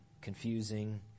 confusing